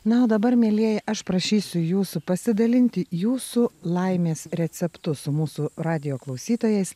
na o dabar mielieji aš prašysiu jūsų pasidalinti jūsų laimės receptu su mūsų radijo klausytojais